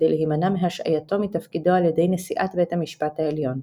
כדי להימנע מהשעייתו מתפקידו על ידי נשיאת בית המשפט העליון.